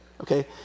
Okay